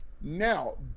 Now